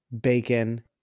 bacon